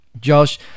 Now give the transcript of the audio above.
Josh